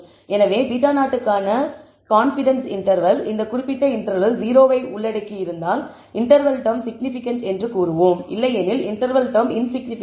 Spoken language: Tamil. எனவே β0 க்கான கான்பிடன்ஸ் இன்டர்வெல் இந்த குறிப்பிட்ட இன்டர்வெல் 0 ஐ உள்ளடக்கியிருந்தால் இன்டர்வெல் டெர்ம் சிக்னிபிகன்ட் என்று நாம் கூறுவோம் இல்லையெனில் இன்டர்வெல் டெர்ம் இன்சிக்னிபிகன்ட்